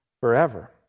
forever